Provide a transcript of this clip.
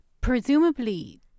Presumably